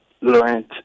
laurent